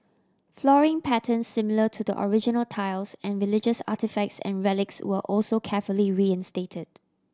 flooring pattern similar to the original tiles and religious artefacts and relics were also carefully reinstated